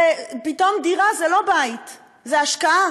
ופתאום דירה זה לא בית, זה השקעה